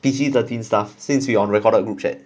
P_G thirteen stuff since we on recorded group chat